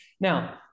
Now